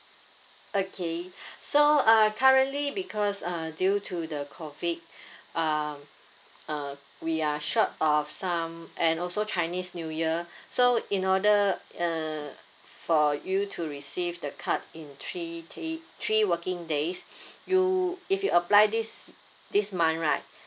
okay so uh currently because uh due to the COVID um uh we are short of some and also chinese new year so in order uh for you to receive the card in three K three working days you if you apply this this month right